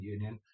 Union